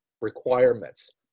requirements